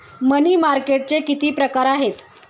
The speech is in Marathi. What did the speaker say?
मनी मार्केटचे किती प्रकार आहेत?